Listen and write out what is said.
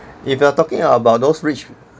if you are talking about those rich